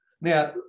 Now